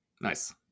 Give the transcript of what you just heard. Nice